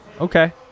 Okay